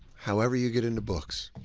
however you get into books.